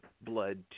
blood